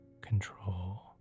control